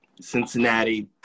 Cincinnati